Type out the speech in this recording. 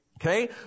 Okay